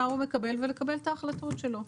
מה הוא מקבל ולקבל את ההחלטות שלו.